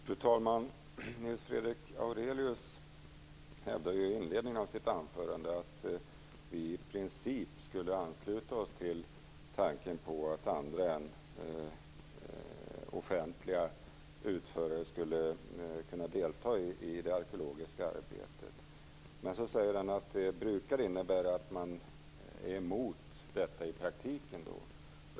Fru talman! Nils Fredrik Aurelius hävdade i inledningen av sitt anförande att vi i princip skulle ansluta oss till tanken på att andra än offentliga utförare skulle kunna delta i det arkeologiska arbetet. Men han sade också att det brukar innebära att man är emot detta i praktiken.